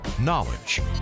knowledge